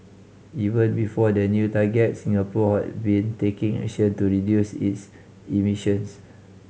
even before the new targets Singapore had been taking action to reduce its emissions